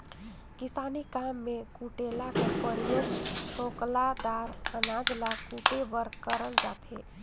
किसानी काम मे कुटेला कर परियोग छोकला दार अनाज ल कुटे बर करल जाथे